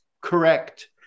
correct